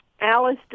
Alice